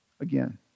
again